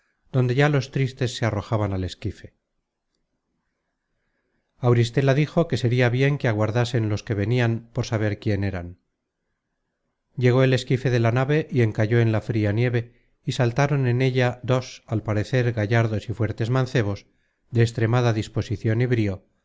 donde ya los tristes se arrojaban al esquife auristela dijo que sería bien que aguardasen los que venian por saber quién eran llegó el esquife de la nave y encalló en la fria nieve y saltaron en ella dos al parecer gallardos y fuertes mancebos de extremada disposicion y brío